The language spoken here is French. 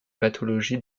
pathologies